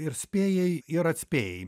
ir spėjai ir atspėjai